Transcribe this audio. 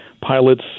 pilots